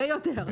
ויותר.